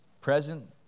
present